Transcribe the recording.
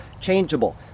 changeable